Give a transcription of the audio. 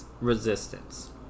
resistance